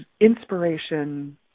inspiration